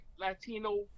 Latino